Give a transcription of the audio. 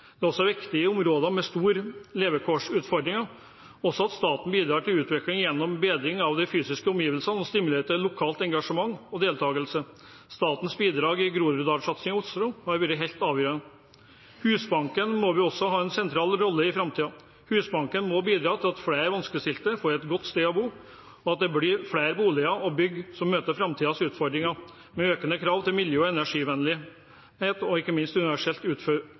Det er også viktig i områder med store levekårsutfordringer at staten bidrar til utvikling gjennom bedring av de fysiske omgivelsene og stimulerer til lokalt engasjement og deltakelse. Statens bidrag i Groruddalsatsingen i Oslo har vært helt avgjørende. Husbanken må også ha en sentral rolle i framtiden. Husbanken må bidra til at flere vanskeligstilte får et godt sted å bo, og at det blir flere boliger og bygg som møter framtidens utfordringer, med økende krav til miljø- og energivennlige og ikke minst universelt